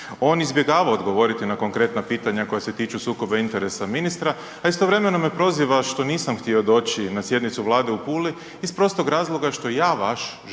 On izbjegava odgovoriti na konkretna pitanja koja se tiču sukoba interesa ministra, a istovremeno me proziva što nisam htio doći na sjednicu Vlade u Puli iz prostog razloga što ja vaš žetončić